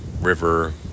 river